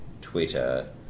Twitter